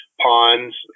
ponds